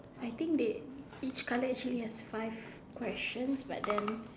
I think they this colour actually have five questions but then